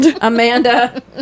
Amanda